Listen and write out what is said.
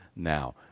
now